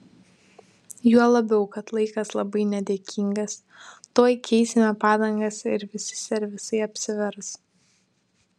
juo labiau kad laikas labai nedėkingas tuoj keisime padangas ir visi servisai apsivers